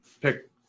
pick